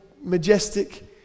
majestic